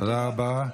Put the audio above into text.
תודה רבה.